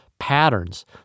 patterns